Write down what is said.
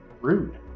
Rude